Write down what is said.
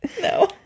No